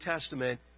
Testament